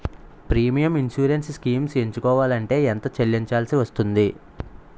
Premium insurance schemes ఎంచుకోవలంటే ఎంత చల్లించాల్సివస్తుంది??